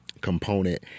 component